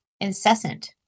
incessant